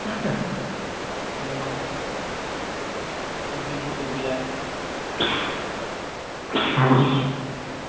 ꯃꯤ ꯑꯃꯈꯛ ꯀꯦꯝꯄꯤꯡꯁꯨ ꯇꯧꯕ ꯌꯥꯏ